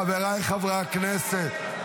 חבריי חברי הכנסת,